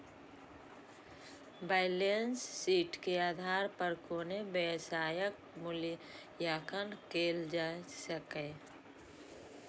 balance sheet के आधार पर कोनो व्यवसायक मूल्यांकन कैल जा सकैए